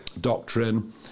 doctrine